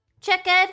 chicken